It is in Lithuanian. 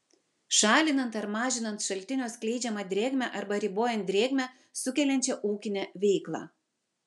šalinant ar mažinant šaltinio skleidžiamą drėgmę arba ribojant drėgmę sukeliančią ūkinę veiklą